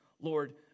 Lord